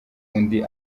undi